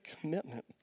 commitment